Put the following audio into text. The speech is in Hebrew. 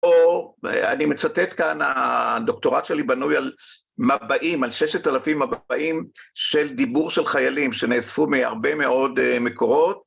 או, אני מצטט כאן, הדוקטורט שלי בנוי על מבעים, על ששת אלפים מבעים של דיבור של חיילים שנאספו מהרבה מאוד מקורות.